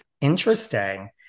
Interesting